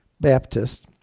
Baptist